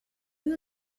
you